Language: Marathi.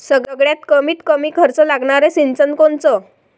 सगळ्यात कमीत कमी खर्च लागनारं सिंचन कोनचं?